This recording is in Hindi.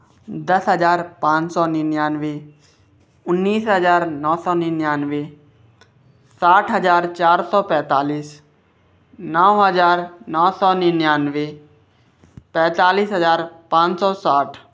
दस हज़ार पाँच सौ निन्यानवे उन्नीस हज़ार नौ सौ निन्यांवे साठ हज़ार चार सौ पैंतालीस नौ हज़ार नौ सौ निन्यांवे पैंतालीस हज़ार पाँच सौ साठ